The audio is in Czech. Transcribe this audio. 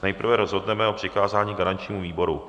Nejprve rozhodneme o přikázání garančnímu výboru.